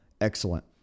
excellent